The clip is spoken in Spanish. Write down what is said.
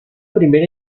primera